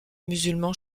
musulmans